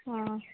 অঁ